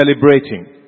celebrating